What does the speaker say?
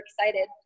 excited